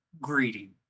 greeting